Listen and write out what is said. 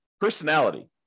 personality